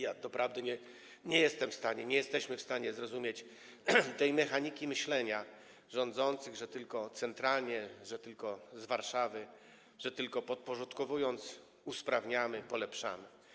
I doprawdy nie jestem w stanie, my nie jesteśmy w stanie zrozumieć tej mechaniki myślenia rządzących, że tylko centralnie, że tylko z Warszawy, że tylko podporządkowując, usprawniamy, polepszamy.